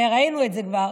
וראינו את זה כבר,